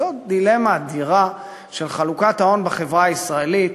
זאת דילמה אדירה של חלוקת ההון בחברה הישראלית,